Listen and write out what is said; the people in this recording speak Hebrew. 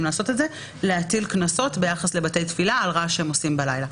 לעשות את זה להטיל קנסות ביחס לבתי תפילה על רעש שהם עושים בלילה.